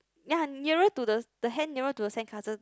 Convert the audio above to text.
ya nearer to the the hand nearer to the sandcastle